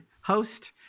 host